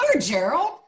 Gerald